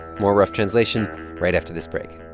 more rough translation right after this break